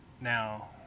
Now